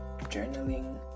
journaling